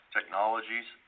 technologies